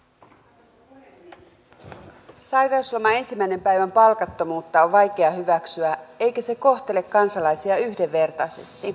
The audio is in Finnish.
sairausloman ensimmäisen päivän palkattomuutta on vaikea hyväksyä eikä se kohtele kansalaisia yhdenvertaisesti